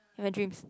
in my dreams